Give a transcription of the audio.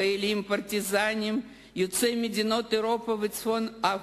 חיילים ופרטיזנים יוצאי מדינות אירופה וצפון-אפריקה,